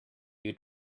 you